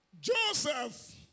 Joseph